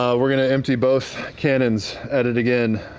um we're going to empty both cannons at it, again.